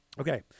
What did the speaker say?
Okay